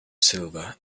silver